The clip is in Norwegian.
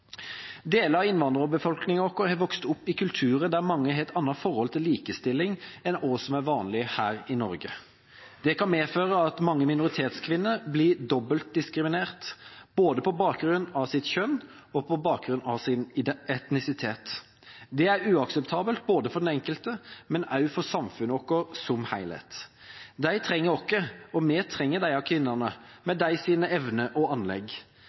Deler av innvandrerbefolkningen vår har vokst opp i kulturer der mange har et annet forhold til likestilling enn hva som er vanlig her i Norge. Det kan medføre at mange minoritetskvinner blir dobbeltdiskriminert, både på bakgrunn av sitt kjønn og på bakgrunn av sin etnisitet. Det er uakseptabelt for den enkelte, men også for samfunnet vårt som helhet. De trenger oss, og vi trenger disse kvinnene, deres evner og anlegg.